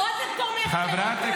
עוד תומך טרור --------- זה מחבלים.